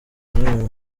imibonano